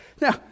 Now